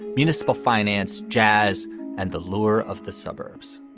municipal finance, jazz and the lure of the suburbs.